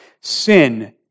Sin